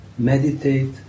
meditate